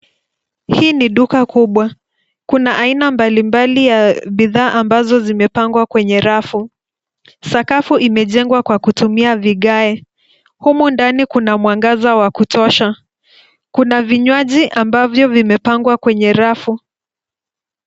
Hii ni duka kubwa. Kuna aina mbalimbali ya bidhaa ambazo zimepangwa kwenye rafu. Sakafu imejengwa kwa kutumia vigae. Humo ndani kuna mwangaza wa kutosha. Kuna vinywaji ambavyo vimepangwa kwenye rafu.